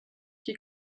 qui